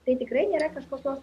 tai tikrai nėra kažkokios